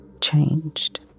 changed